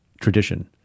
tradition